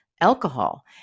alcohol